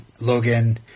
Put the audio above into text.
Logan